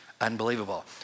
unbelievable